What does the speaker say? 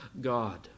God